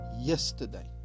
yesterday